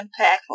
impactful